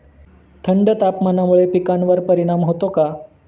थंड तापमानामुळे पिकांवर परिणाम होतो का?